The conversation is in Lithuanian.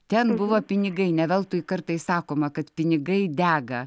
ten buvo pinigai ne veltui kartais sakoma kad pinigai dega